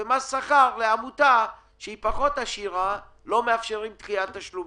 ומס שכר ועמותה שהיא פחות עשירה לא מאפשרים דחיית תשלומים.